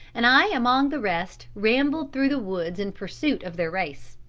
and i among the rest rambled through the woods in pursuit of their race,